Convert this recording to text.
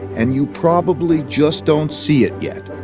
and you probably just don't see it yet.